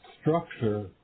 structure